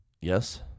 Yes